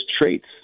traits